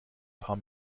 paar